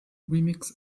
remix